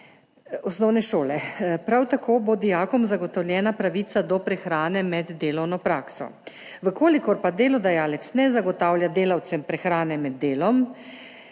osnovne šole. Prav tako bo dijakom zagotovljena pravica do prehrane med delovno prakso. Če pa delodajalec ne zagotavlja delavcem prehrane med delom